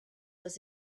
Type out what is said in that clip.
was